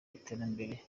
iterambere